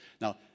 Now